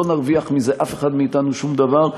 לא נרוויח מזה, אף אחד מאתנו, שום דבר.